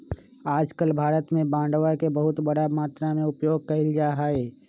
आजकल भारत में बांडवा के बहुत बड़ा मात्रा में उपयोग कइल जाहई